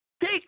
take